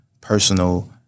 personal